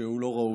שהוא לא ראוי.